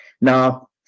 Now